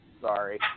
Sorry